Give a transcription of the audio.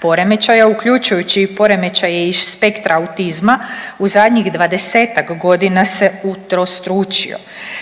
poremećaja uključujući i poremećaje iz spektra autizma u zadnjih 20-ak godina se utrostručio.